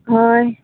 হয়